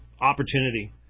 opportunity